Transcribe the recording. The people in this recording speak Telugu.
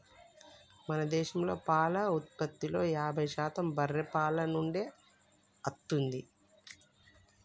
మన దేశంలో పాల ఉత్పత్తిలో యాభై శాతం బర్రే పాల నుండే అత్తుంది